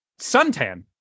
Suntan